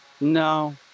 No